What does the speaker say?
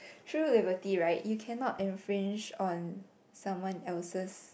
true liberty right you cannot infringe on someone else